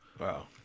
Wow